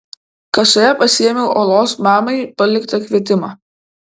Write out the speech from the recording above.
kasoje pasiėmiau olos mamai paliktą kvietimą